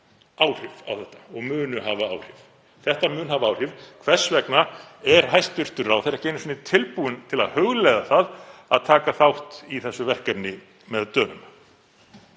áhrif á þetta og munu hafa áhrif. Þetta mun hafa áhrif. Hvers vegna er hæstv. ráðherra ekki einu sinni tilbúinn til að hugleiða það að taka þátt í þessu verkefni með Dönum?